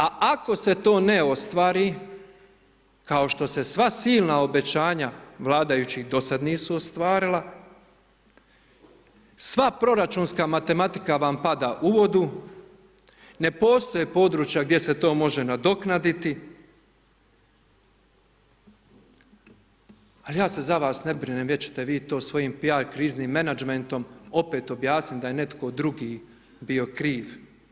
A, ako se to ne ostvari, kao što se sva silna obećanja vladajućih do sada nisu ostvarila, sva proračunska matematika vam pada u vodu, ne postoje područja gdje se to može nadoknaditi, al ja se za vas ne brinem, već ćete vi to svojim piar kriznim menadžmentom opet objasniti da je netko drugi bio kriv.